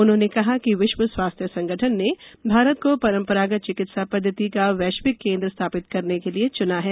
उन्होंने कहा कि विश्व स्वास्थ्य संगठन ने भारत को परंपरागत चिकित्सा पद्धति का वैश्विक केंद्र स्थापित करने के लिए चुना है